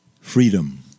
Freedom